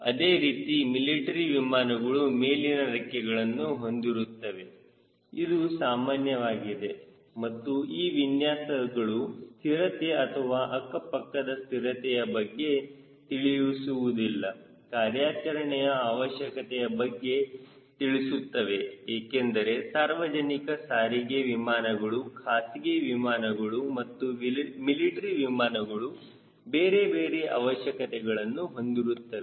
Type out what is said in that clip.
ಅದೇರೀತಿ military ವಿಮಾನಗಳು ಮೇಲಿನ ರೆಕ್ಕೆಗಳನ್ನು ಹೊಂದಿರುತ್ತವೆ ಇದು ಸಾಮಾನ್ಯವಾಗಿದೆ ಮತ್ತು ಈ ವಿನ್ಯಾಸಗಳು ಸ್ಥಿರತೆ ಅಥವಾ ಅಕ್ಕಪಕ್ಕದ ಸ್ಥಿರತೆಯ ಬಗ್ಗೆ ತಿಳಿಸುವುದಿಲ್ಲ ಕಾರ್ಯಾಚರಣೆಯ ಅವಶ್ಯಕತೆಯ ಬಗ್ಗೆ ತಿಳಿಸುತ್ತವೆ ಏಕೆಂದರೆ ಸಾರ್ವಜನಿಕ ಸಾರಿಗೆ ವಿಮಾನಗಳು ಖಾಸಗಿ ವಿಮಾನಗಳು ಮತ್ತು ಮಿಲಿಟರಿ ವಿಮಾನಗಳು ಬೇರೆ ಬೇರೆ ಅವಶ್ಯಕತೆಗಳನ್ನು ಹೊಂದಿರುತ್ತವೆ